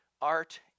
art